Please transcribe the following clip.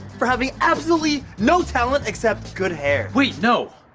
for having absolutely no talent except good hair. wait! no.